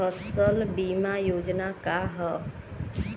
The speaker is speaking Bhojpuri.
फसल बीमा योजना का ह?